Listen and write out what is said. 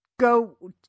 go